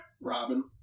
Robin